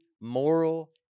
moral